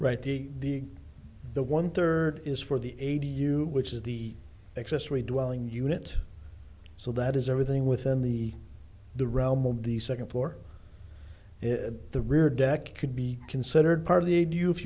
right the the one third is for the eighty you which is the accessory dwelling unit so that is everything within the the realm of the second floor is the rear deck could be considered part of the aid you if